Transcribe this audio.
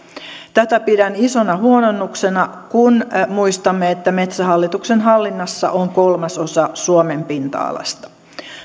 tätä pidän isona huononnuksena kun muistamme että metsähallituksen hallinnassa on kolmasosa suomen pinta alasta